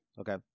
Okay